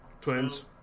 Twins